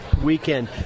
weekend